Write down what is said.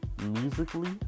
musically